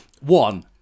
one